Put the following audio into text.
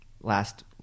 last